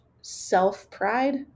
self-pride